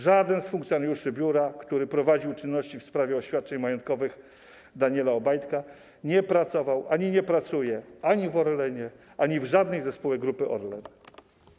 Żaden z funkcjonariuszy biura, którzy prowadzili czynności w sprawie oświadczeń majątkowych Daniela Obajtka, nie pracował ani nie pracuje ani w Orlenie, ani w żadnej ze spółek Grupy Orlen.